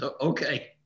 okay